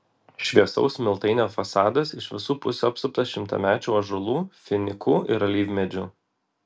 šviesaus smiltainio fasadas iš visų pusių apsuptas šimtamečių ąžuolų finikų ir alyvmedžių